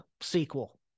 sequel